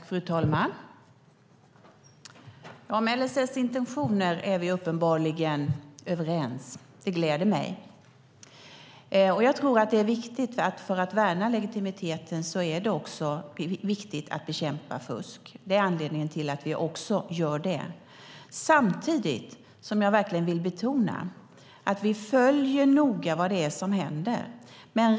Fru talman! Om LSS intentioner är vi uppenbarligen överens. Det gläder mig. Jag tror att det för att värna legitimiteten är viktigt att bekämpa fusk. Det är anledningen till att vi också gör det. Samtidigt vill jag verkligen betona att vi noga följer vad det är som händer.